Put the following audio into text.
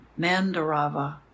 mandarava